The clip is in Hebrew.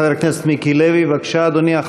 חבר הכנסת מיקי לוי, בבקשה, אדוני.